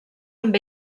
amb